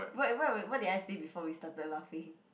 what what what did I say before we started laughing